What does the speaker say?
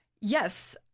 yes